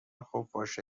خفاشها